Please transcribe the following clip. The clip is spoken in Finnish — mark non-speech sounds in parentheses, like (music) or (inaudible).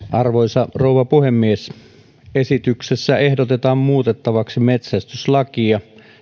(unintelligible) arvoisa rouva puhemies esityksessä ehdotetaan muutettavaksi metsästyslakia